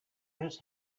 his